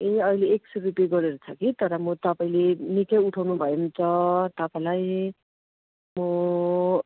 ए अहिले एक सय रुपियाँ गरेर छ कि तर म तपाईँले निकै उठाउनु भयो भने त तपाईँलाई म